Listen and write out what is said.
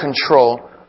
control